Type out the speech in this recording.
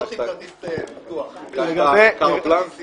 לא נותנים כרטיס פתוח, זאת לא כרטיסייה.